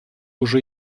уже